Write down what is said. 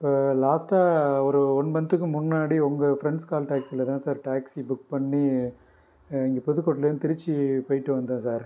இப்போ லாஸ்ட் ஒரு ஒன் மந்த்துக்கு முன்னாடி உங்கள் ஃப்ரெண்ட்ஸ் கால் டாக்ஸியில்தான் சார் டாக்ஸி புக் பண்ணி இங்க புதுக்கோட்டையிலேருந்து திருச்சி போய்ட்டு வந்தேன் சார்